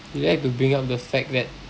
you like to bring up the fact that